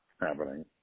happening